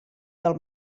del